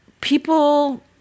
people